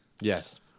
yes